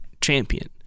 champion